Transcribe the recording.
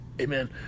Amen